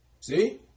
See